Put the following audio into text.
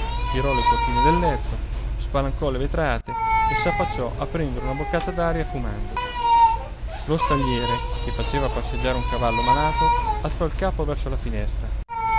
tirò le cortine del letto spalancò le vetrate e s'affacciò a prendere una boccata d'aria fumando lo stalliere che faceva passeggiare un cavallo malato alzò il capo verso la finestra